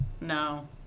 No